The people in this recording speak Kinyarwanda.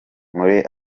muri